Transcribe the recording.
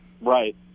Right